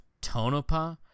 Tonopah